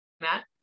Matt